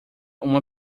uma